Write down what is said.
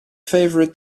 favorite